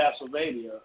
Castlevania